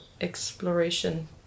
exploration